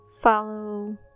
Follow